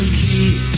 keep